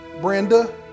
Brenda